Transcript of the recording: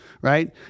Right